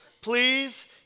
Please